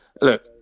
look